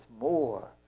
more